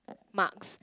marks